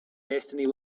destiny